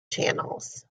channels